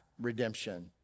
redemption